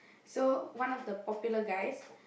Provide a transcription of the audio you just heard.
so one of the popular guys